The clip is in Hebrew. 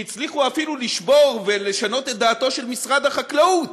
שהצליחו אפילו לשבור ולשנות את דעתו של משרד החקלאות,